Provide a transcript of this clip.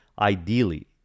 ideally